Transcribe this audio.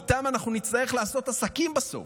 איתם אנחנו נצטרך לעשות עסקים בסוף,